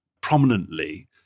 prominently